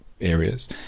areas